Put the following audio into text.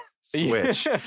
Switch